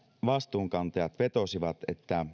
vastuunkantajat vetosivat